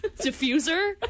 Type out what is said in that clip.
diffuser